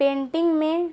painting میں